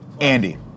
Andy